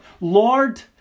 Lord